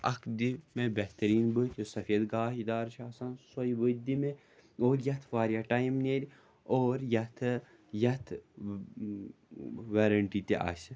اَکھ دِ مےٚ بہتریٖن بٔتۍ یۄس سفید گاشدار چھِ آسان سُے بٔتۍ دِ مےٚ اور یَتھ واریاہ ٹایم نیرِ اور یَتھٕ یَتھ ویرٮ۪نٹی تہِ آسہِ